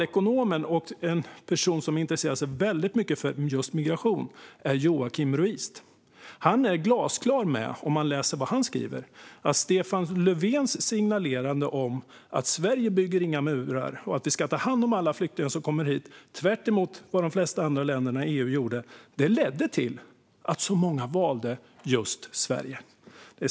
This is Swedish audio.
En person som intresserar sig mycket för migration är nationalekonomen Joakim Ruist. Han skriver glasklart att Stefan Löfvens signaler om att Sverige inte bygger murar och att vi ska ta hand om alla flyktingar som kommer hit, tvärtemot vad de flesta andra EU-länderna gjorde, ledde till att så många valde just Sverige.